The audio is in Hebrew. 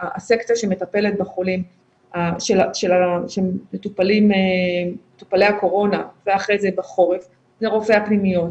הסקציה שמטפלת בחולים מטופלי הקורונה ואחרי זה בחורף זה רופאי הפנימיות,